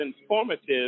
informative